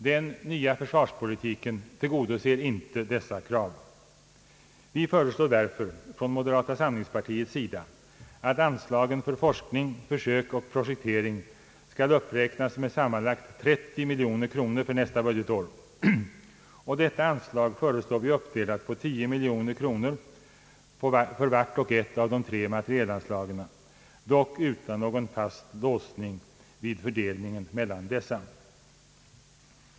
Den nya försvarspolitiken tillgodoser inte dessa krav. Vi föreslår därför från moderata samlingspartiets sida att anslagen för forskning, försök och projektering skall uppräknas med sammanlagt 30 miljoner kronor för nästa budgetår. Detta anslag föreslår vi uppdelat med 10 miljoner kronor för vart och ett av de tre materielanslagen, dock utan någon fast låsning vid fördelningen mellan dessa.